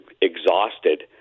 exhausted